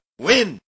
Win